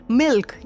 milk